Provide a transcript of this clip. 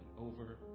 over